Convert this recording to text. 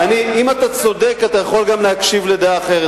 אם אתה צודק אתה יכול גם להקשיב לדעה אחרת,